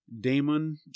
Damon